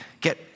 get